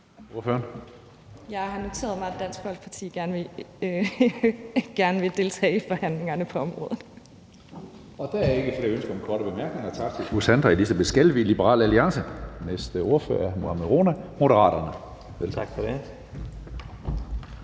Jeg har noteret mig, at Dansk Folkeparti gerne vil deltage i forhandlingerne på området.